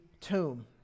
tomb